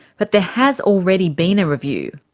but there has already been a review.